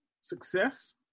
success